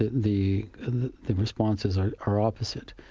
ah the the responses are are opposite.